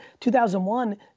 2001